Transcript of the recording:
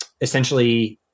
essentially